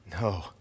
No